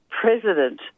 president